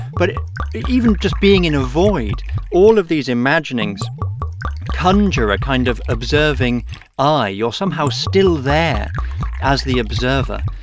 but even just being in a void all of these imaginings conjure a kind of observing eye. you're somehow still there as the observer.